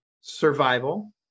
survival